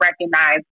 recognize